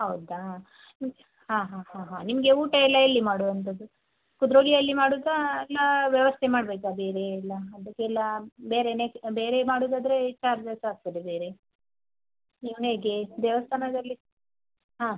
ಹೌದಾ ಹಾಂ ಹಾಂ ಹಾಂ ನಿಮಗೆ ಊಟ ಎಲ್ಲ ಎಲ್ಲಿ ಮಾಡುವಂಥದ್ದು ಕುದ್ರೋಳಿಯಲ್ಲಿ ಮಾಡೋದ ಇಲ್ಲ ವ್ಯವಸ್ಥೆ ಮಾಡಬೇಕಾ ಬೇರೆ ಎಲ್ಲ ಅದಕ್ಕೆಲ್ಲ ಬೇರೆಯೇ ಬೇರೆ ಮಾಡೋದಾದ್ರೆ ಚಾರ್ಜಸ್ ಆಗ್ತದೆ ಬೇರೆ ನಿಮಗೆ ದೇವಸ್ಥಾನದಲ್ಲಿ ಹಾಂ